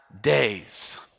days